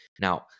Now